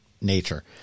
nature